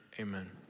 amen